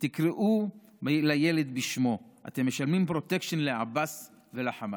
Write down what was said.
תקראו לילד בשמו: אתם משלמים פרוטקשן לעבאס ולחמאס.